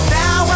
now